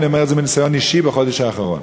ואני אומר את זה מניסיון אישי בחודש האחרון.